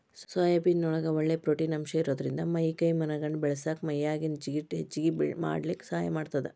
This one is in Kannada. ಸೋಯಾಬೇನ್ ನೊಳಗ ಒಳ್ಳೆ ಪ್ರೊಟೇನ್ ಅಂಶ ಇರೋದ್ರಿಂದ ಮೈ ಕೈ ಮನಗಂಡ ಬೇಳಸಾಕ ಮೈಯಾಗಿನ ಜಿಗಟ್ ಹೆಚ್ಚಗಿ ಮಾಡ್ಲಿಕ್ಕೆ ಸಹಾಯ ಮಾಡ್ತೆತಿ